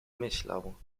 myślał